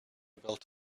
built